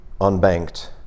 unbanked